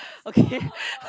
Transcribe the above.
okay